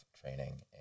training